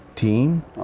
Team